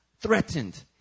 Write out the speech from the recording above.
threatened